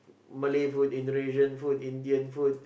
Malay food Indonesian food Indian food